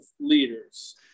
leaders